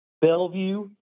Bellevue